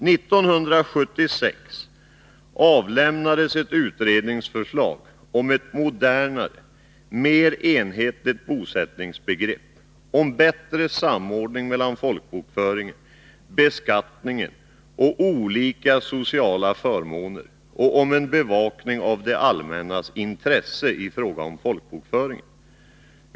1976 avlämnades ett utredningsförslag om ett modernare och mer enhetligt bosättningsbegrepp, om bättre samordning mellan folkbokföringen, beskattningen och olika sociala förmåner och om en bevakning av det allmännas intresse i fråga om folkbokföringen.